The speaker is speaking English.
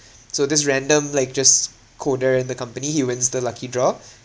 so this random like just coder in the company he wins the lucky draw